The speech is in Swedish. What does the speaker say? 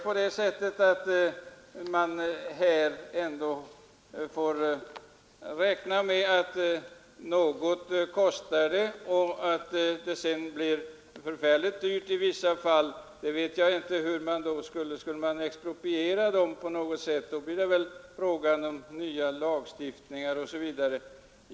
Man får väl ändå räkna med att något kostar det alltid och att det blir förfärligt dyrt i vissa fall. Jag vet inte hur man skulle göra om man skulle tillmötesgå motionären. Skulle man expropriera? Då blir det väl fråga om ny lagstiftning osv.